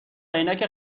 عینک